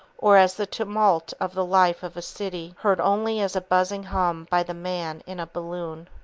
or as the tumult of the life of a city heard only as a buzzing hum by the man in a balloon.